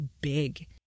big